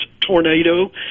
tornado